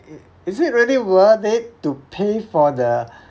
is it really worth it to pay for the